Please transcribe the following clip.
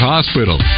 Hospital